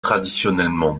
traditionnellement